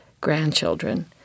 grandchildren